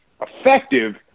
effective